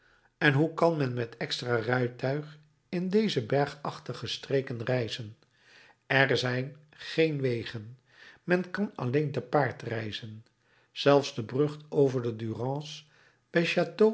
en hoe kan men met extra rijtuig in deze bergachtige streken reizen er zijn geen wegen men kan alleen te paard reizen zelfs de brug over de